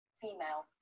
female